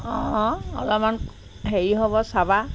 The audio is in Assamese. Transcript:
অঁ অলপমান হেৰি হ'ব চাবা